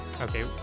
Okay